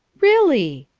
really!